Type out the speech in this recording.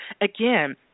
Again